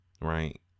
Right